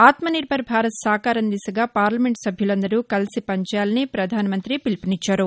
ఆత్మనిర్భర్ భారత్ సాకారం దిశగా పార్లమెంట్ సభ్యులందరూ కలిసి పనిచేయాలని ప్రధానమంత్రి పిలుపునిచ్చారు